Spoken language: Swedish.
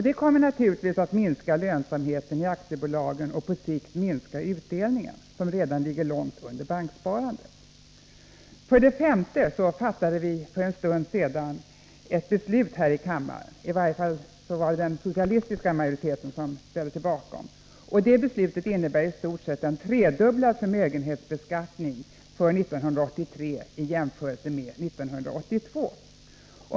De kommer givetvis att minska lönsamheten i aktiebolagen och på sikt minska utdelningen, som redan ligger långt under banksparandets. 5. För en stund sedan fattade den socialistiska majoriteten ett beslut som innebär en i stort sett tredubblad förmögenhetsbeskattning för 1983 i jämförelse med 1982.